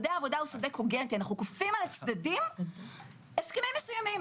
אנחנו כופים על הצדדים הסכמים מסוימים,